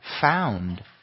found